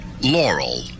Laurel